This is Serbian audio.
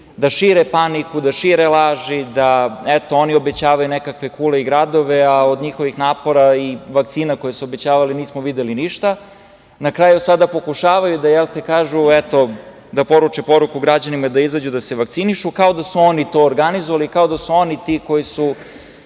da šire paniku, da šire laži, da oni obećavaju nekakve kule i gradove, a od njihovih napora i vakcina koja su obećavali nismo videli ništa. Na kraju, sada pokušavaju da kažu, eto, da poruče poruku građanima da izađu i da se vakcinišu, kao da su oni to organizovali, i kao da su oni ti koji su